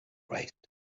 right